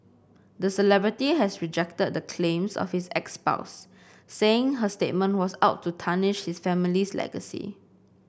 the celebrity has rejected the claims of his ex spouse saying her statement was out to tarnish his family's legacy